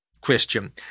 Christian